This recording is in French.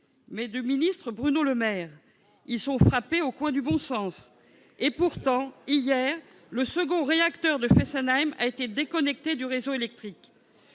ceux du ministre Bruno Le Maire. Ils sont frappés au coin du bon sens. Pourtant, hier, le second réacteur de Fessenheim a été déconnecté du réseau électrique